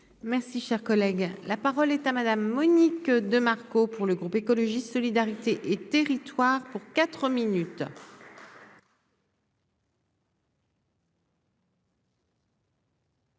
Merci, cher collègue, la parole est à Madame Monique de Marco, pour le groupe écologiste solidarité et territoires pour 4 minutes.